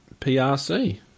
PRC